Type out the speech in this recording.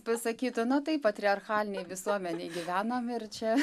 pasakytų na taip patriarchalinėj visuomenėj gyvenam ir čia